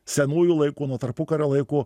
senųjų laikų nuo tarpukario laikų